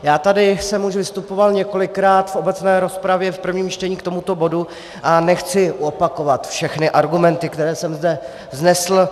Já jsem tu už vystupoval několikrát v obecné rozpravě v prvním čtení k tomuto bodu a nechci opakovat všechny argumenty, které jsem zde vznesl.